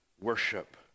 worship